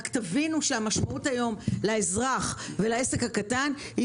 רק תבינו שהמשמעות לאזרח ולעסק הקטן היא